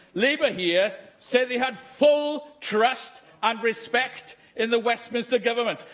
labour here said they had full trust and respect in the westminster government,